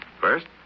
First